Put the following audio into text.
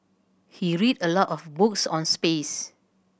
he read a lot of books on space